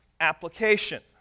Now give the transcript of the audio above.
application